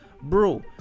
bro